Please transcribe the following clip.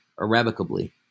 irrevocably